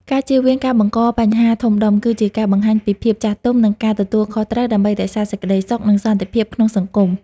ការជៀសវាងការបង្កបញ្ហាធំដុំ គឺជាការបង្ហាញពីភាពចាស់ទុំ និងការទទួលខុសត្រូវ ដើម្បីរក្សាសេចក្តីសុខ និងសន្តិភាពក្នុងសង្គម។